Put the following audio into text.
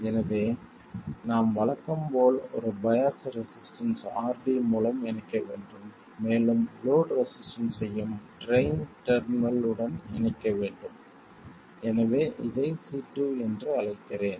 எனவே நாம் வழக்கம் போல் ஒரு பையாஸ் ரெசிஸ்டன்ஸ் RD மூலம் இணைக்க வேண்டும் மேலும் லோட் ரெசிஸ்டன்ஸ்ஸையும் ட்ரைன் டெர்மினல் உடன் இணைக்க வேண்டும் எனவே இதை C2 என்று அழைக்கிறேன்